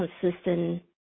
consistent